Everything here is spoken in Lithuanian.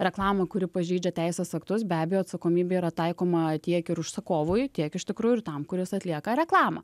reklamą kuri pažeidžia teisės aktus be abejo atsakomybė yra taikoma tiek ir užsakovui tiek iš tikrųjų ir tam kuris atlieka reklamą